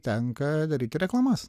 tenka daryti reklamas